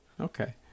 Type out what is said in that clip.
Okay